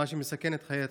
דבר שמסכן את חיי התושבים.